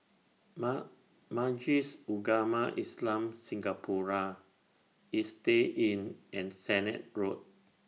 Ma Majlis Ugama Islam Singapura Istay Inn and Sennett Road